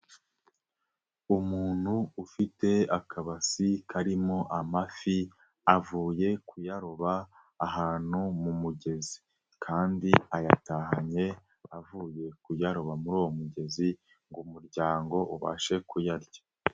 Umuntu ufite akabasi karimo amafi, avuye kuyaroba ahantu mu mugezi. Kandi ayatahanye avuye kuyaroba muri uwo mugezi, ngo umuryango ubashe kuyarya.